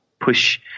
push